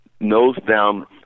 nose-down